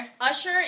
Usher